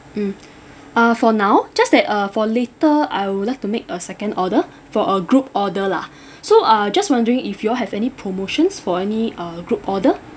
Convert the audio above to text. mm uh for now just that uh for later I would like to make a second order for a group order lah so uh just wondering if you all have any promotions for any uh group order